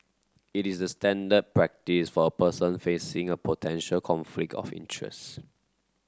it is the standard practice for a person facing a potential conflict of interest